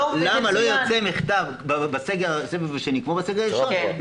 למה לא יוצא מכתב בסגר השני כמו בראשון,